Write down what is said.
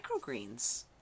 microgreens